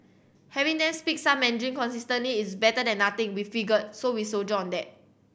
having them speak some Mandarin consistently is better than nothing we figure so we soldier on that